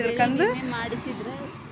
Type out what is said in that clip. ಬೆಳಿ ವಿಮೆ ಮಾಡಿಸಿದ್ರ ಏನ್ ಛಲೋ ಆಕತ್ರಿ?